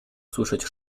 słyszeć